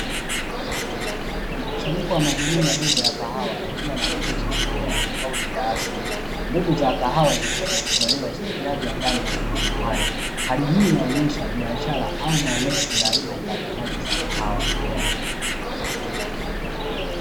Mkusanyiko wa magunia madogo ya kahawa yakiwa na lebo zenye majina tofauti ya asili. Mbegu za kahawa zisizokubaliwa zimejazwa ndani ya magunia hayo. Hali hii inaonyesha biashara au maonyesho ya aina mbalimbali za kahawa.